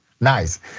Nice